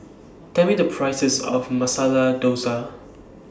Tell Me The Price of Masala Dosa